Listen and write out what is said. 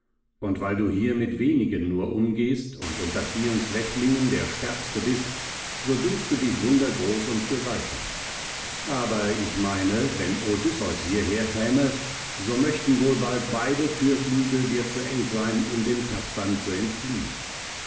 und weil du hier mit wenigen nur umgehst und unter vielen schwächlingen der stärkste bist so dünkst du dich wundergroß und gewaltig aber ich meine wenn odysseus hierher käme so möchten wohl bald beide thürflügel dir zu eng sein um dem tapfern zu entfliehen